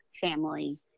family